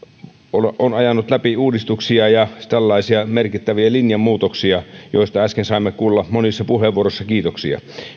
on ajanut läpi uudistuksia ja tällaisia merkittäviä linjanmuutoksia joista äsken saimme kuulla monissa puheenvuoroissa kiitoksia